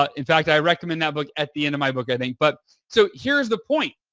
ah in fact, i recommend that book at the end of my book i think. but so, here's the point.